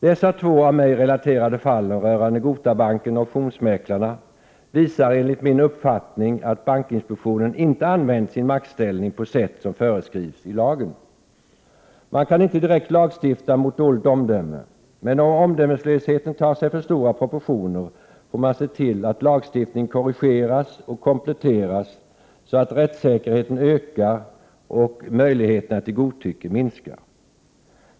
Dessa två av mig relaterade fall rörande Gotabanken och Optionsmäklarna visar enligt min uppfattning att bankinspektionen inte använt sin maktställning på sätt som föreskrivs i lagen. Man kan inte direkt lagstifta mot dåligt omdöme, men om omdömeslösheten tar sig för stora proportioner får man se till att lagstiftningen korrigeras och kompletteras så att rättssäkerheten ökar och möjligheterna till godtycke minskar.